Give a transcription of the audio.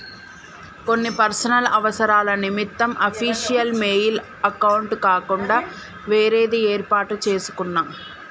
కొన్ని పర్సనల్ అవసరాల నిమిత్తం అఫీషియల్ మెయిల్ అకౌంట్ కాకుండా వేరేది యేర్పాటు చేసుకున్నా